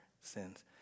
sins